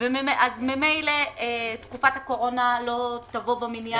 אז ממילא תקופת הקורונה לא תבוא במניין